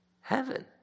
Heaven